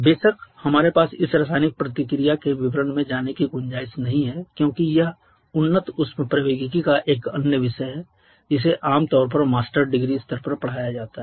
बेशक हमारे पास इस रासायनिक प्रतिक्रिया के विवरण में जाने की गुंजाइश नहीं है क्योंकि यह उन्नत ऊष्मप्रवैगिकी का एक अन्य विषय है जिसे आमतौर पर मास्टर डिग्री स्तर पर पढ़ाया जाता है